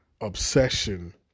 obsession